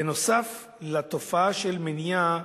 בנוסף לתופעה של מניעה,